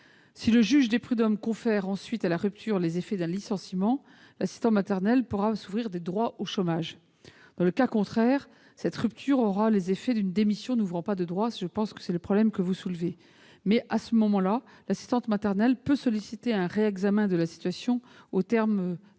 Si le juge des prud'hommes confère ensuite à la rupture les effets d'un licenciement, l'assistante maternelle pourra s'ouvrir des droits au chômage. Dans le cas contraire, cette rupture aura les effets d'une démission n'ouvrant pas de droits. C'est la difficulté que vous soulevez. Pour autant, l'assistante maternelle pourra alors solliciter un réexamen de sa situation au terme d'un délai